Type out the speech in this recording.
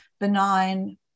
benign